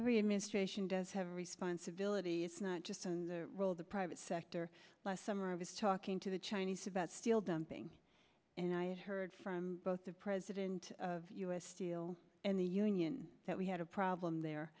every administration does have a responsibility it's not just in the role of the private sector last summer i was talking to the chinese about steel dumping and i had heard from both the president of u s steel and the union that we had a problem there